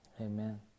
Amen